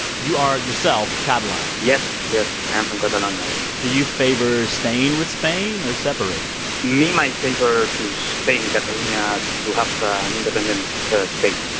you are, yourself, catalan yes, yes. i am from catalonia, yeah do you favor staying with spain or separating? me, my favor to stay in catalonia to have an and independent state.